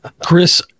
Chris